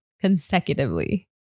consecutively